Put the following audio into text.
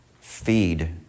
feed